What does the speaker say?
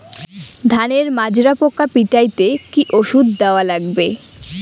ধানের মাজরা পোকা পিটাইতে কি ওষুধ দেওয়া লাগবে?